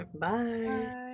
Bye